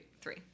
three